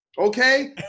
Okay